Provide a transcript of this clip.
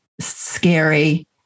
scary